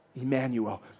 Emmanuel